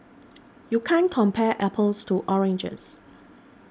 you can't compare apples to oranges